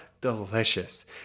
Delicious